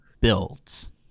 builds